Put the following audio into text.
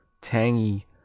tangy